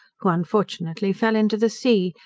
who unfortunately fell into the sea,